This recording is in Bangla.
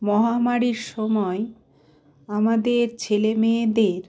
মহামারীর সময় আমাদের ছেলে মেয়েদের